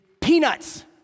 peanuts